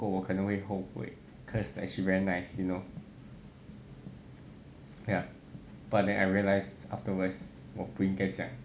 过我可能会后悔 cause she very nice you know ya but then I realised afterwards 我不应该这样